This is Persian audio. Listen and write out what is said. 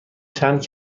چند